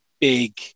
big